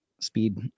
Speed